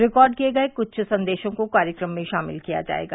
record किए गए क्छ संदेशों को कार्यक्रम में शामिल किया जाएगा